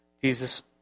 Jesus